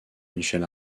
michel